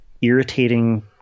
irritating